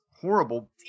horrible